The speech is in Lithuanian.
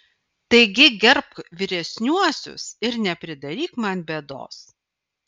taigi gerbk vyresniuosius ir nepridaryk man bėdos